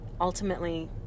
Ultimately